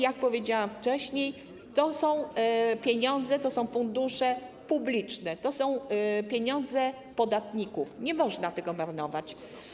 Jak powiedziałam wcześniej, to są pieniądze, fundusze publiczne, to są pieniądze podatników, nie można tego marnować.